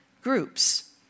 groups